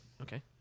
Okay